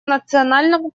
национальном